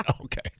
Okay